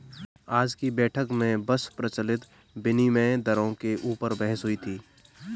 आज की बैठक में बस प्रचलित विनिमय दरों के ऊपर बहस हुई थी